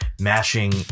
mashing